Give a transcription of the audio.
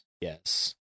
Yes